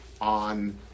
on